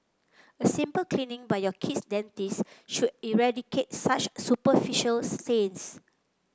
a simple cleaning by your kid's dentist should eradicate such superficial stains